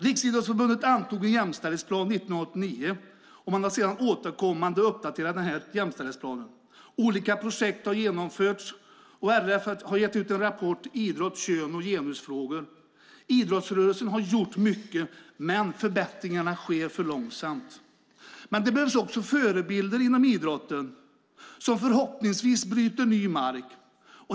Riksidrottsförbundet antog en jämställdhetsplan 1989 som sedan återkommande uppdaterats. Olika projekt har genomförts, och RF har gett upp rapporten Idrott, kön och genus . Idrottsrörelsen har gjort mycket, men förbättringarna sker för långsamt. Det behövs också förebilder inom idrotten som förhoppningsvis bryter ny mark.